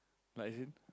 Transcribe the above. like as in